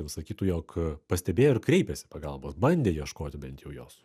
sakytų jog pastebėjo ir kreipėsi pagalbos bandė ieškoti bent jau jos